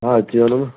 हा अची वञो न